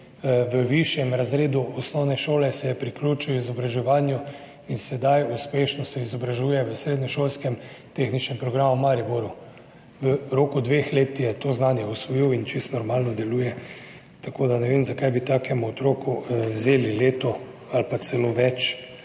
V višjem razredu osnovne šole se je priključil izobraževanju in sedaj se uspešno izobražuje na srednješolskem tehničnem programu v Mariboru. V roku dveh let je to znanje usvojil in čisto normalno deluje, tako da ne vem, zakaj bi takemu otroku vzeli leto ali celo več